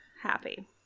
happy